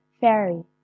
fairy